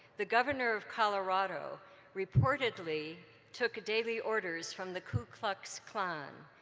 the governor of colorado reportedly took daily orders from the ku klux klan,